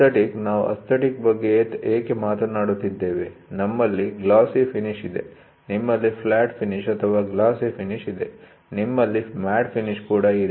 aesthetic ನಾವು aesthetic ಬಗ್ಗೆ ಏಕೆ ಮಾತನಾಡುತ್ತಿದ್ದೇವೆ ನಮ್ಮಲ್ಲಿ ಗ್ಲಾಸಿ ಫಿನಿಶ್ ಇದೆ ನಿಮ್ಮಲ್ಲಿ ಫ್ಲಾಟ್ ಫಿನಿಶ್ ಅಥವಾ ಗ್ಲಾಸಿ ಫಿನಿಶ್ ಇದೆ ನಿಮ್ಮಲ್ಲಿ ಮ್ಯಾಟ್ ಫಿನಿಶ್ ಎಂದು ಕೂಡ ಇದೆ